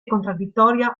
contraddittoria